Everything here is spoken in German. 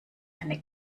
eine